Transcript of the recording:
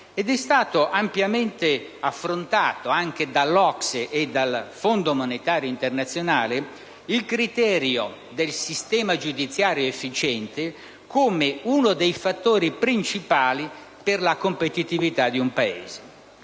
è stato ampiamente affrontato anche dall'OCSE e dal Fondo monetario internazionale il criterio del sistema giudiziario efficiente come uno dei fattori principali per la competitività di un Paese.